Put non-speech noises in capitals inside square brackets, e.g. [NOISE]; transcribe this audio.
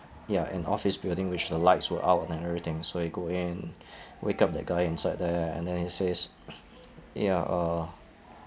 ya an office building which the lights were out and e~ everything so he go in [BREATH] wake up that guy inside there and then he says [NOISE] ya uh